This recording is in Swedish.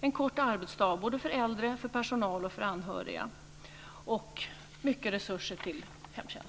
en kort arbetsdag både för äldre, för personal och för anhöriga och mycket resurser till hemtjänst.